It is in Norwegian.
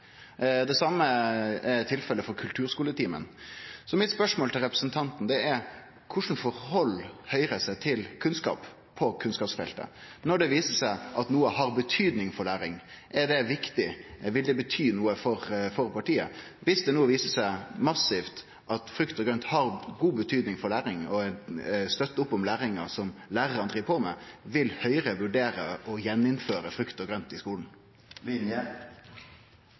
Det same er tilfellet for kulturskuletimen. Mitt spørsmål til representanten er: Korleis stiller Høgre seg til kunnskap på kunnskapsfeltet når det viser seg at noko har betyding for læring? Er det viktig? Vil det bety noko for partiet viss det no viser seg massivt at frukt og grønt har god betyding for læring og støttar opp om læringa som lærarane driv på med? Vil Høgre vurdere igjen å innføre frukt og grønt i